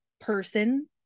person